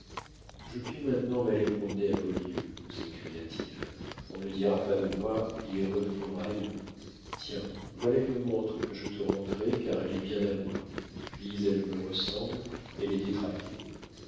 je puis maintenant m'aller promener à beaulieu s'écria-t-il on ne dira pas de moi il est revenu en haillons tiens voilà une montre que je te rendrai car elle est bien à moi puis elle me ressemble elle est détraquée